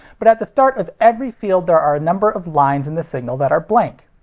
but at the start of every field there are a number of lines in the signal that are blank.